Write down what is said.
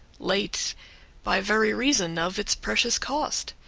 late by very reason of its precious cost.